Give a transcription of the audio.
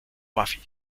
buffy